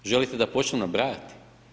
Želite da počnem nabrajati?